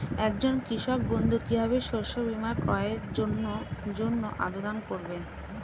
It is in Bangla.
একজন কৃষক বন্ধু কিভাবে শস্য বীমার ক্রয়ের জন্যজন্য আবেদন করবে?